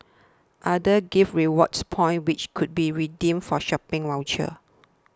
others gave rewards points which could be redeemed for shopping vouchers